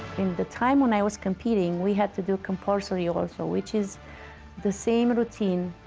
in the time when i was competing we had to do compulsory also, which is the same routine